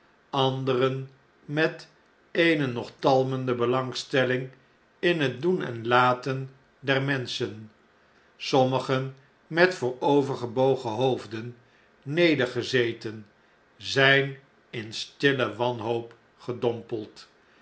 anderen met eene nog talmende belangstelling in het doen en laten der menschen sommigen met voorovergebogen hoofden nedergezeten zjjn in stille wanhoop gedompeld